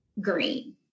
green